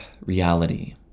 reality